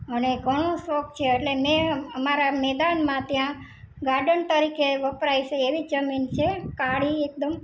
મને ઘણો શોખ છે એટલે મેં અમારાં મેદાનમાં ત્યાં ગાર્ડન તરીકે વપરાય છે એવી જમીન છે કાળી એકદમ